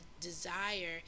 desire